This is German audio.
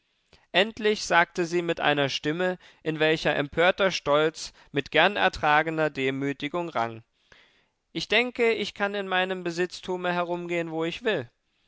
endlich sagte sie mit einer stimme in welcher empörter stolz mit gern ertragener demütigung rang ich denke ich kann in meinem besitztume herumgehen wo ich will